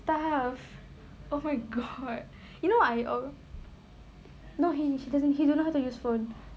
stuff oh my god you know I no he doesn't he don't know how to use phone